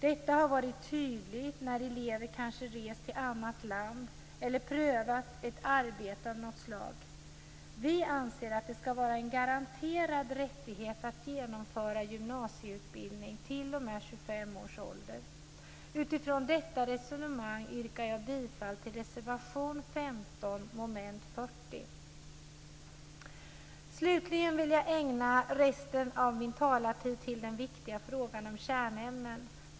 Detta har varit tydligt när elever kanske rest till annat land eller prövat ett arbete av något slag. Vi anser att det skall vara en garanterad rättighet att genomföra gymnasieutbildning t.o.m. 25 års ålder. Utifrån detta resonemang yrkar jag bifall till reservation 15 under mom. 40. Slutligen vill jag ägna resten av min talartid åt den viktiga frågan om kärnämnen.